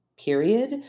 period